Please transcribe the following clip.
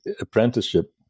apprenticeship